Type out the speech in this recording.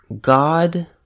God